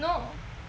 no